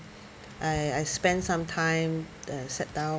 I I spent some time uh sat down